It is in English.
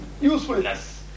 usefulness